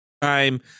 time